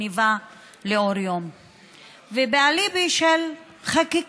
למגמה שבה הרשות הפלסטינית תומכת במשפחות של מרצחים ואף גרוע מכך,